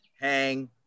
hang